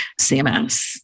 CMS